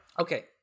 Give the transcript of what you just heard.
Okay